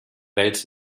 welt